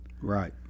Right